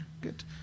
good